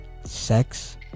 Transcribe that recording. sex